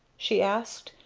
she asked,